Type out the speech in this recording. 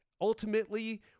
Ultimately